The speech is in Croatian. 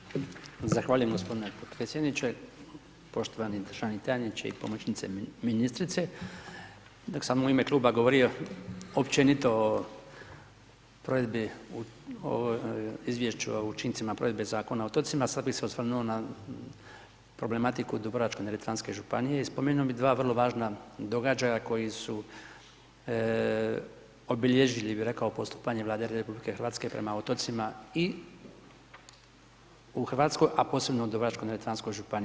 Zahvaljujem gospodine podpredsjedniče, poštovani državni tajniče i pomoćnice ministrice, dok sam u ime kluba govorio općenito o provedbi, o izvješću o učincima provedbe Zakona o otocima, sad bi se osvrnuo na problematiku Dubrovačko-neretvanske županije i spomenu bi dva vrlo važna događaji koja su obilježili bi rekao postupanje Vlade RH prema otocima i u Hrvatskoj, a posebno u Dubrovačko-neretvanskoj županiji.